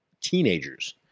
teenagers